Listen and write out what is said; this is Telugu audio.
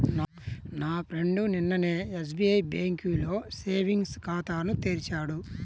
నా ఫ్రెండు నిన్ననే ఎస్బిఐ బ్యేంకులో సేవింగ్స్ ఖాతాను తెరిచాడు